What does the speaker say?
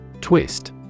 Twist